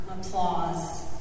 applause